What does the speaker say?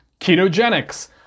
ketogenics